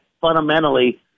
fundamentally